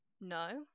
no